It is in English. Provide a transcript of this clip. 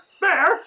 Bear